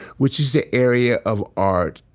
which is the area of art,